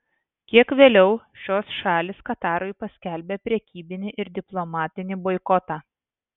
kiek vėliau šios šalys katarui paskelbė prekybinį ir diplomatinį boikotą